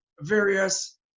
various